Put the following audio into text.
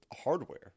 hardware